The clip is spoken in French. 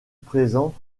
présent